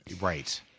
Right